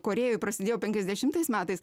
korėjoj prasidėjo penkiasdešimtais metais